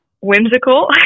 whimsical